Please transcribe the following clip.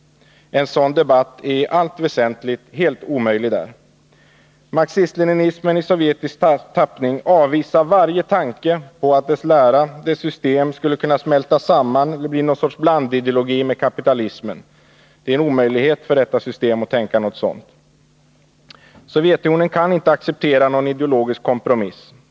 En sådan debatt är i allt väsentligt helt omöjlig där. Marxism-leninismen i sovjetisk tappning avvisar varje tanke på att dess lära, dess system skulle kunna smälta samman, bli något slags blandideologi med inslag av kapitalism. Det är en omöjlighet för detta system att tänka något sådant. Sovjetunionen kan inte acceptera någon ideologisk kompromiss.